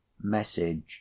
message